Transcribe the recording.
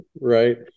Right